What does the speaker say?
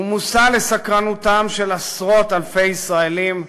ומושא לסקרנותם של עשרות-אלפי ישראלים,